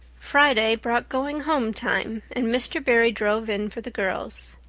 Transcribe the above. friday brought going-home time, and mr. barry drove in for the girls.